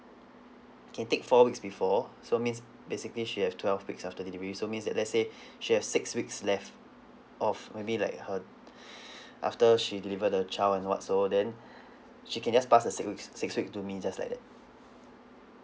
can take four weeks before so means basically she have twelve weeks after delivery so means that let's say she have six weeks left of maybe like her after she delivered the child and what so then she can just pass the six week six weeks to me just like that